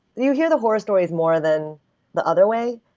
you hear the horror stories more than the other way.